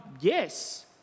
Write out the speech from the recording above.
yes